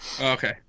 Okay